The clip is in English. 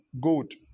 good